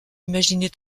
imaginer